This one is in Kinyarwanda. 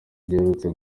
giherutse